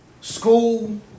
school